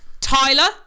Tyler